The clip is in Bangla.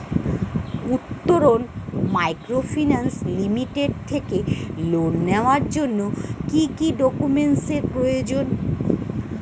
উত্তরন মাইক্রোফিন্যান্স লিমিটেড থেকে লোন নেওয়ার জন্য কি কি ডকুমেন্টস এর প্রয়োজন?